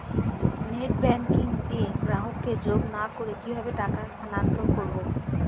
Net banking এ গ্রাহককে যোগ না করে কিভাবে টাকা স্থানান্তর করব?